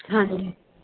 ਹਾਂਜੀ